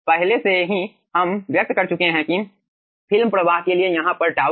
पहले से ही हम व्यक्त कर चुके हैं कि फिल्म प्रवाह के लिए यहाँ पर τ है